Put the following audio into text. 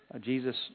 Jesus